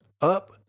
up